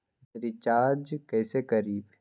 Recharge कैसे करीब?